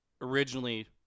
originally